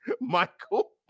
Michael